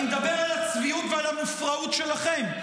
אני מדבר על הצביעות ועל המופרעות שלכם.